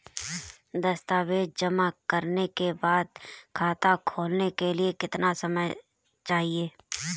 दस्तावेज़ जमा करने के बाद खाता खोलने के लिए कितना समय चाहिए?